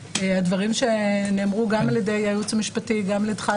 והדברים שנאמרו גם על ידי הייעוץ המשפטי וגם על ידך,